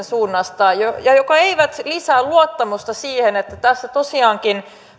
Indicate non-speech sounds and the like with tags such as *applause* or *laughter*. *unintelligible* suunnasta jotka eivät lisää luottamusta siihen että tässä tosiaankin